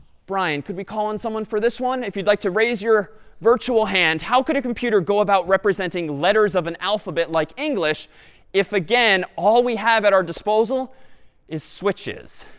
brian, could we call on someone for this one? if you'd like to raise your virtual hand, how could a computer go about representing letters of an alphabet like english if, again, all we have at our disposal is switches?